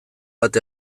bat